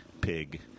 pig